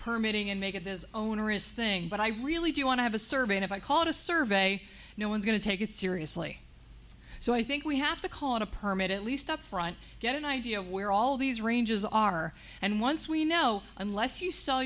permeating and make it as onerous thing but i really do want to have a survey and if i call it a survey no one's going to take it seriously so i think we have to call it a permit at least up front get an idea of where all these ranges are and once we know unless you sell